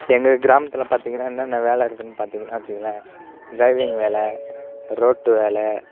எங்கள் கிராமத்தில் பார்த்தீங்கன்னா என்னென்ன வேலை இருக்குன்னு பார்த்தீங்கன்னா வச்சுக்குங்களேன் ட்ரைவிங் வேலை ரோட்டு வேலை